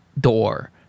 door